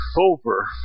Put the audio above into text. over